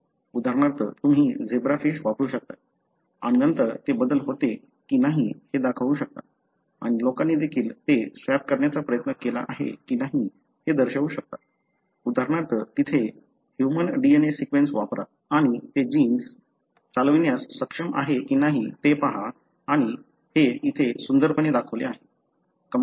उदाहरणार्थ तुम्ही zebra fish वापरू शकता आणि नंतर ते बदल होते का नाही ते दाखवू शकता आणि लोकांनी देखील ते स्वॅप करण्याचा प्रयत्न केला आहे की नाही हे दर्शवू शकता उदाहरणार्थ तेथे ह्यूमन DNA सीक्वेन्स वापरा आणि ते जीन्स चालविण्यास सक्षम आहे की नाही ते पहा आणि हे येथे सुंदरपणे दाखवले आहे